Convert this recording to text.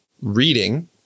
reading